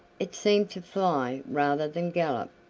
it seemed to fly rather than gallop,